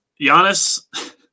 Giannis